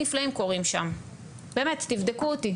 ואומרים לו תשחה,